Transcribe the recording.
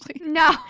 no